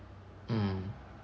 mm